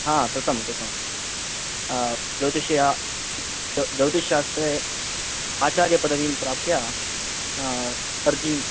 हा कृतम् कृतम् ज्योतिष्य ज्योतिश्शास्त्रे आचार्यपदवीं प्राप्य तर्जिम्